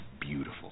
beautiful